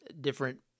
different